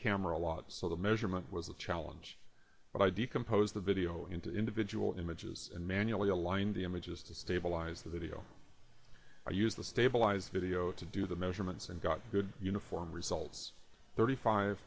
camera a lot so the measurement was a challenge but i do compose the video into individual images and manually align the images to stabilize the video or use the stabilized video to do the measurements and got good uniform results thirty five